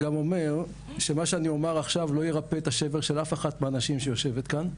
אומר שמה שאני אומר עכשיו לא ירפא את השבר של אף אחד מהנשים שיושבת כאן,